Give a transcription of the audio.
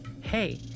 hey